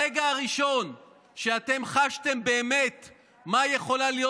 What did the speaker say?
ברגע הראשון שאתם חשתם באמת מה יכולה להיות